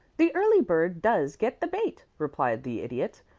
the early bird does get the bait, replied the idiot.